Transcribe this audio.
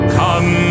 come